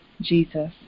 Jesus